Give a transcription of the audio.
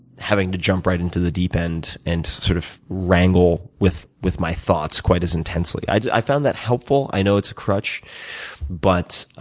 having to jump right into the deep end and sort of wrangle with with my thoughts quite as intensely. i found that helpful. i know it's a crutch but,